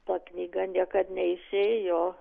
ta knyga niekad neišėjo